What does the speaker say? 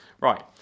Right